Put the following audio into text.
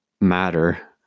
matter